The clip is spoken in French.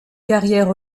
carrière